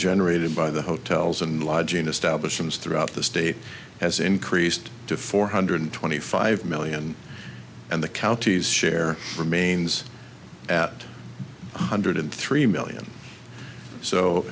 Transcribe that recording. generated by the hotels and lodging establishment throughout the state has increased to four hundred twenty five million and the county's share remains at one hundred three million so